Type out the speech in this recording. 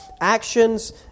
Actions